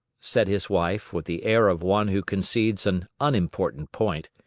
said his wife, with the air of one who concedes an unimportant point,